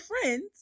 friends